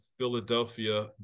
philadelphia